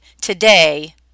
today